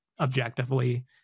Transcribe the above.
objectively